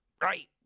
right